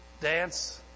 Dance